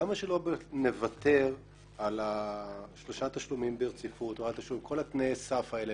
למה שלא נוותר על שלושה תשלומים ברציפות ועל כל תנאי הסף האלה?